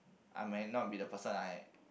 I might not be the person I